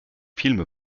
film